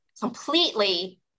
completely